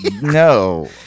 no